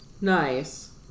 Nice